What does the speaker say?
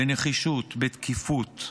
בנחישות, בתקיפות,